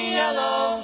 yellow